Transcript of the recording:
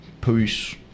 Peace